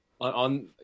On